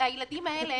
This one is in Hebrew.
הילדים האלה